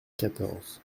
quatorze